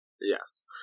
Yes